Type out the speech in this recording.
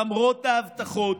למרות ההבטחות,